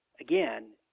again